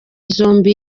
zombi